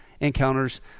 encounters